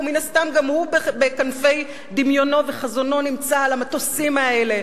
ומן הסתם גם הוא בכנפי דמיונו וחזונו נמצא על המטוסים האלה.